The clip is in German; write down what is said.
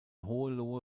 hohenlohe